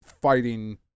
fighting